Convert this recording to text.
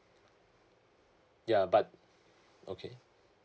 ya but okay